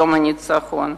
יום הניצחון".